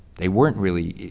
they weren't really,